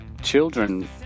children